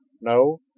No